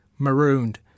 Marooned